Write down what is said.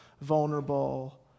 vulnerable